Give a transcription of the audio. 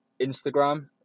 Instagram